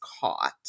caught